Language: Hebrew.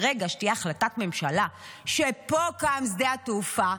ברגע שתהיה החלטת ממשלה שפה קם שדה התעופה,